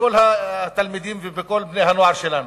כל התלמידים ובין כל בני-הנוער שלנו.